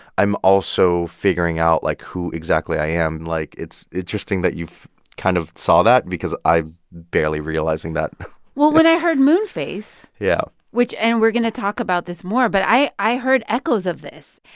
i'm also figuring out, like, who exactly i am. like, it's interesting that you kind of saw that because i barely realizing that well, when i heard moonface. yeah. which and we're going to talk about this more but i i heard echoes of this.